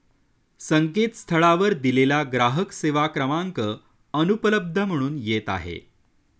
संकेतस्थळावर दिलेला ग्राहक सेवा क्रमांक अनुपलब्ध म्हणून येत आहे